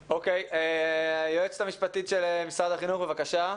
אוקיי, היועצת המשפטית של משרד החינוך, בבקשה.